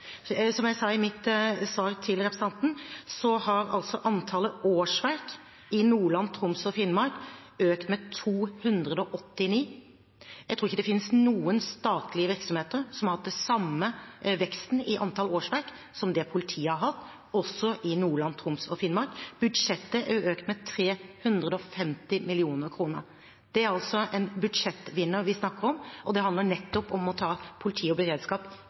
Som jeg sa i mitt svar til representanten, har antallet årsverk i Nordland, Troms og Finnmark økt med 289. Jeg tror ikke det finnes noen statlige virksomheter som har hatt den samme veksten i antall årsverk som det politiet har hatt, også i Nordland, Troms og Finnmark. Budsjettet er økt med 350 mill. kr. Det er altså en budsjettvinner vi snakker om, og det handler nettopp om å ta politi og beredskap